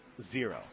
zero